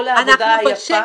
כל העבודה היפה --- אנחנו בשטח,